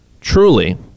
truly